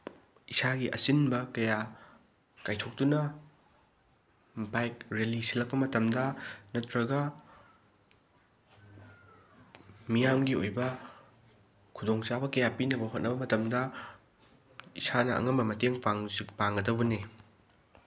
ꯏꯁꯥꯒꯤ ꯑꯆꯤꯟꯕ ꯀꯌꯥ ꯀꯥꯏꯊꯣꯛꯇꯨꯅ ꯕꯥꯏꯛ ꯔꯦꯂꯤ ꯁꯤꯜꯂꯛꯄ ꯃꯇꯝꯗ ꯅꯠꯇ꯭ꯔꯒ ꯃꯤꯌꯥꯝꯒꯤ ꯑꯣꯏꯕ ꯈꯨꯗꯣꯡꯆꯥꯕ ꯀꯌꯥ ꯄꯤꯅꯕ ꯍꯣꯠꯅꯕ ꯃꯇꯝꯗ ꯏꯁꯥꯅ ꯑꯉꯝꯕ ꯃꯇꯦꯡ ꯄꯥꯡꯒꯗꯧꯕꯅꯤ